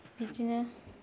बिदिनो